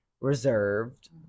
reserved